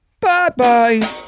Bye-bye